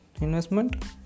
investment